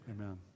amen